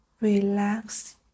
Relax